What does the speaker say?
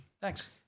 Thanks